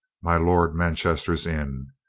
my lord manchester's inn,